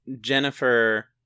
Jennifer